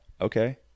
okay